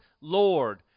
Lord